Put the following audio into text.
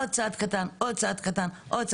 עוד צעד קטן, לנרמול.